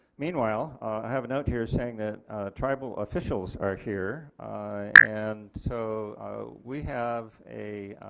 meanwhile i have a note here saying that tribal officials are here and so we have a